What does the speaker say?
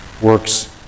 works